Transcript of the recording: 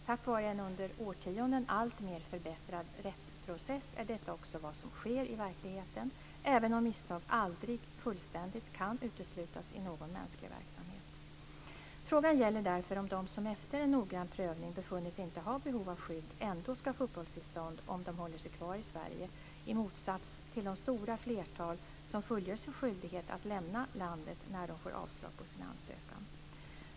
Tack vare en under årtionden alltmer förbättrad rättsprocess är detta också vad som sker i verkligheten, även om misstag aldrig fullständigt kan uteslutas i någon mänsklig verksamhet. Frågan gäller därför om de som efter en noggrann prövning befunnits inte ha behov av skydd ändå ska få uppehållstillstånd om de håller sig kvar i Sverige, i motsats till det stora flertal som fullgör sin skyldighet att lämna landet när de får avslag på sin ansökan.